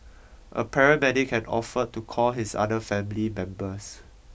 a paramedic had offered to call his other family members